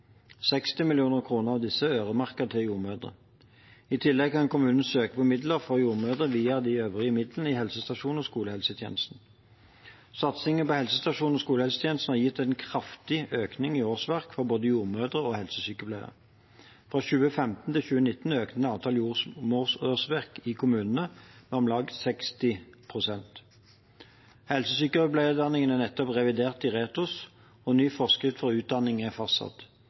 60 mill. kr av disse er øremerket til jordmødre. I tillegg kan kommunene søke om midler for jordmødre via de øvrige midlene til helsestasjons- og skolehelsetjenesten. Satsingen på helsestasjons- og skolehelsetjenesten har gitt en kraftig økning i årsverk for både jordmødre og helsesykepleiere. Fra 2015 til 2019 økte antall jordmorårsverk i kommunene med om lag 60 pst. Helsesykepleierutdanningen er nettopp revidert i RETHOS, og ny forskrift for utdanningen er fastsatt.